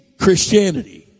Christianity